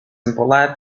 impolite